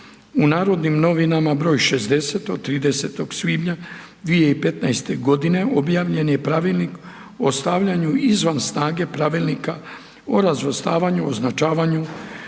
U Narodnim novinama br. 60 od 30. svibnja 2015.g. objavljen je Pravilnik o stavljanju izvan snage Pravilnika o razvrstavanju, označavanju,